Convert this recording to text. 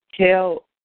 tell